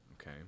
Okay